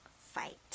fight